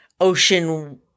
ocean